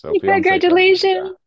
Congratulations